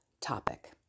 topic